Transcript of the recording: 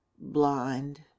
blind